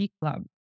club